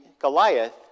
Goliath